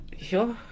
sure